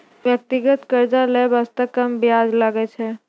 व्यक्तिगत कर्जा लै बासते कम बियाज लागै छै